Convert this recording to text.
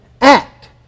act